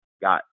got